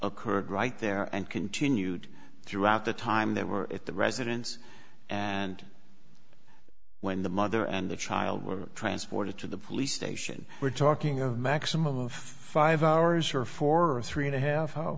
occurred right there and continued throughout the time they were at the residence and when the mother and the child were transported to the police station we're talking a maximum of five hours or four or three and a half how